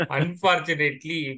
Unfortunately